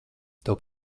tev